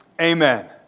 Amen